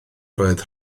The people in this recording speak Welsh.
roedd